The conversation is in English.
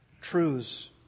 truths